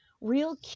real